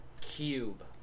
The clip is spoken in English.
cube